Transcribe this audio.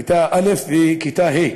כיתה א' וכיתה ה'.